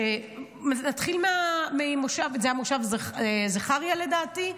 נתחיל ממושב זכריה, לדעתי,